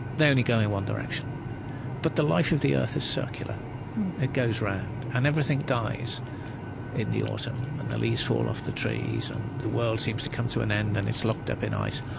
they only go in one direction but the life of the earth is circular it goes round, and everything dies in the autumn, and the leaves fall off the trees, and the world seems to come to an end, and it's locked up in ice,